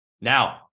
Now